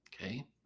okay